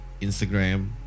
Instagram